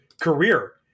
career